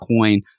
coin